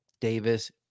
Davis